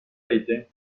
rete